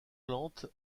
lente